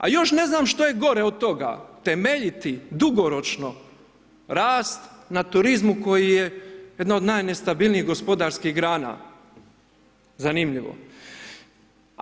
A još ne znam što je gore od toga, temeljiti dugoročno rast na turizmu koji je jedno od najnestabilnijih gospodarskih grana, zanimljivo.